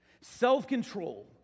Self-control